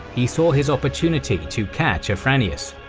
he saw his opportunity to catch afranius.